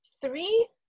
Three